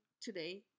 Today